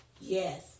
Yes